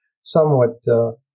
somewhat